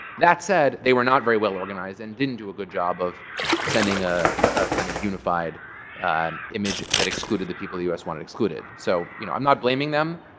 that said, they were not very well organized and didn't do a good job of sending a ah kind of unified image that excluded the people the us wanted excluded. so you know i'm not blaming them,